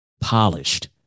polished